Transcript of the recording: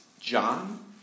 John